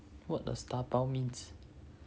what does dabao means